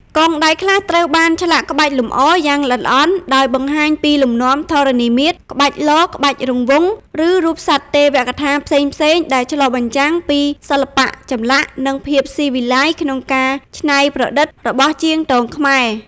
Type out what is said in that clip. កងដៃខ្លះត្រូវបាន ឆ្លាក់ក្បាច់លម្អ យ៉ាងល្អិតល្អន់ ដោយបង្ហាញពីលំនាំធរណីមាត្រ ក្បាច់លក្បាច់រង្វង់ ឬរូបសត្វទេវកថាផ្សេងៗ ដែលឆ្លុះបញ្ចាំងពី សិល្បៈចម្លាក់ និងភាពស៊ីវិល័យក្នុងការច្នៃប្រឌិត របស់ជាងទងខ្មែរ។